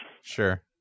Sure